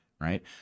right